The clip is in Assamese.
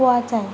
পোৱা যায়